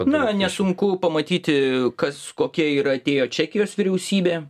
na nesunku pamatyti kas kokia yra atėjo čekijos vyriausybė